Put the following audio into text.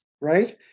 Right